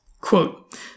Quote